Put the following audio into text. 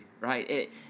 right